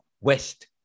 West